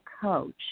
coach